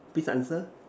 please answer